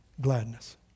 gladness